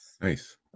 Nice